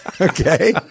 Okay